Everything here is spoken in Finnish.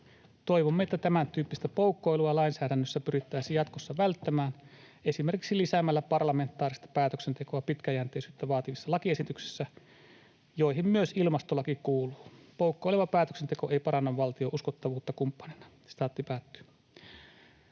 Toivomme, että tämän tyyppistä poukkoilua lainsäädännössä pyrittäisiin jatkossa välttämään esimerkiksi lisäämällä parlamentaarista päätöksentekoa pitkäjänteisyyttä vaativissa lakiesityksissä, joihin myös ilmastolaki kuuluu. Poukkoileva päätöksenteko ei paranna valtion uskottavuutta kumppanina.” Arvoisa